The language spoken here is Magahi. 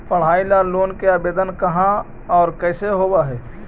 पढाई ल लोन के आवेदन कहा औ कैसे होब है?